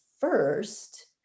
first